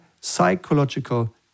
psychological